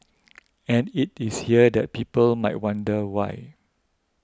and it is here that people might wonder why